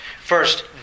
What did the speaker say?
First